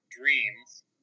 dreams